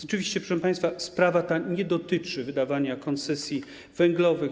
Oczywiście, proszę państwa, ta sprawa nie dotyczy wydawania koncesji węglowych.